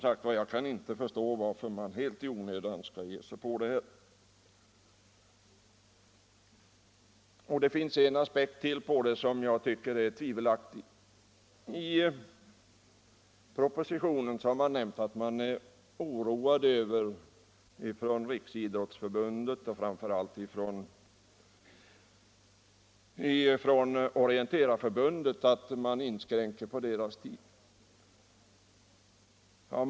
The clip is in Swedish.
Jag kan som sagt inte förstå varför man helt i onödan gett sig in på denna minskning av jakttidens längd. Det finns ytterligare en aspekt på frågan som jag tycker är tvivelaktig. I propositionen nämns att Riksidrottsförbundet och framför allt Svenska orienteringsförbundet känner sig oroade över inskränkningarna i deras tid för idrottsutövning under älgjakten.